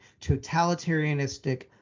totalitarianistic